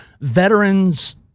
veterans